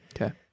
Okay